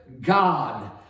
God